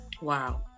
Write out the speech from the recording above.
wow